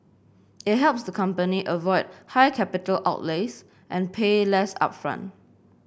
it helps the company avoid high capital outlays and pay less upfront